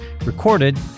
recorded